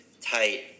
tight